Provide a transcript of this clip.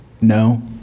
No